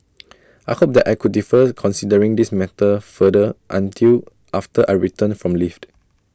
I hoped that I could defers considering this matter further until after I return from leaved